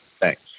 Thanks